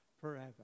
forever